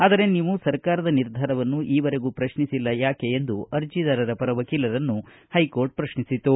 ಅದರೆ ನೀವು ಸರ್ಕಾರದ ನಿರ್ಧಾರವನ್ನು ಈವರೆಗೂ ಪ್ರಶ್ನಿಸಿಲ್ಲ ಯಾಕೆ ಎಂದು ಅರ್ಜದಾರರ ಪರ ವಕೀಲರನ್ನು ಪ್ರಶ್ನಿಸಿತು